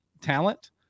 talent